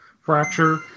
fracture